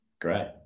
Great